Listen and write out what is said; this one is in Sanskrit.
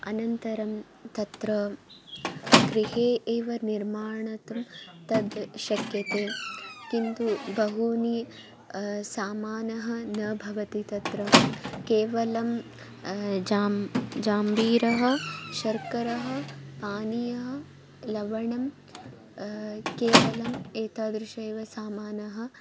अनन्तरं तत्र गृहे एव निर्मातुं तद् शक्यते किन्तु बहूनि सामानः न भवति तत्र केवलं जाम् जम्बीरं शर्करा पानीयं लवणं केवलम् एतादृशेव सामानः